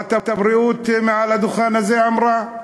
ושרת הבריאות מעל הדוכן הזה אמרה: